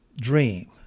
dream